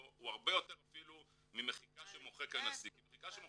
הוא הרבה יותר אפילו ממחיקה שמוחק הנשיא,